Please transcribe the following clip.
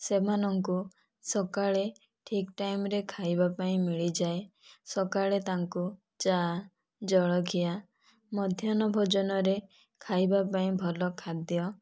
ସେମାନଙ୍କୁ ସକାଳେ ଠିକ୍ ଟାଇମରେ ଖାଇବା ପାଇଁ ମିଳିଯାଏ ସକାଳେ ତାଙ୍କୁ ଚାହା ଜଳଖିଆ ମଧ୍ୟାହ୍ନ ଭୋଜନରେ ଖାଇବା ପାଇଁ ଭଲ ଖାଦ୍ୟ